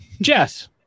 Jess